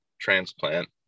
transplant